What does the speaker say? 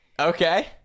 okay